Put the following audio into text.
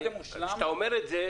כשאתה אומר את זה,